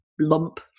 lump